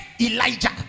Elijah